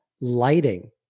lighting